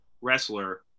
wrestler